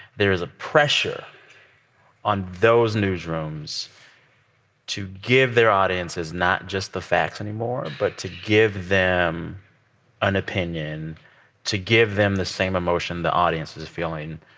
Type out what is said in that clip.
there is a pressure on those newsrooms to give their audiences not just the facts anymore but to give them an opinion to give them the same emotion the audience is feeling,